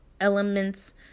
elements